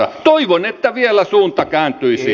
toivon että vielä suunta kääntyisi